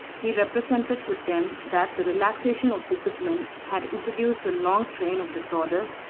he represented to them that the relaxation of discipline had introduced a long train of disorders,